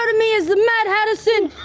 and me as the madhatterson.